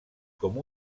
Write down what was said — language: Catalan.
com